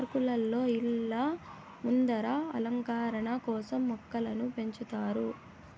పార్కులలో, ఇళ్ళ ముందర అలంకరణ కోసం మొక్కలను పెంచుతారు